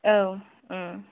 औ